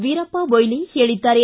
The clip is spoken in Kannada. ವೀರಪ್ಪ ಮೋಯ್ಲಿ ಹೇಳಿದ್ದಾರೆ